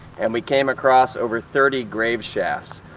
and we came across over thirty grave shafts.